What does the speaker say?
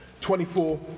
24